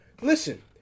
listen